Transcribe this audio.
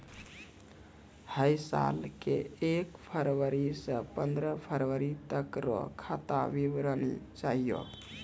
है साल के एक फरवरी से पंद्रह फरवरी तक रो खाता विवरणी चाहियो